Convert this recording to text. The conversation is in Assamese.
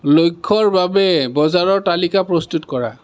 লক্ষ্যৰ বাবে বজাৰৰ তালিকা প্ৰস্তুত কৰা